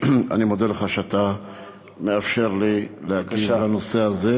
אני מודה לך על שאתה מאפשר לי להגיב בנושא הזה.